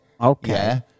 okay